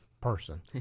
person